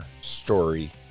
story